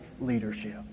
leadership